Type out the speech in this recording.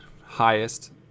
highest